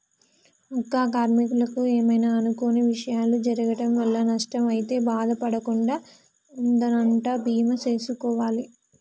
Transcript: అక్క కార్మీకులకు ఏమైనా అనుకొని విషయాలు జరగటం వల్ల నష్టం అయితే బాధ పడకుండా ఉందనంటా బీమా సేసుకోవాలి